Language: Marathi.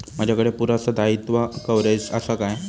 माजाकडे पुरासा दाईत्वा कव्हारेज असा काय?